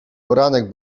poranek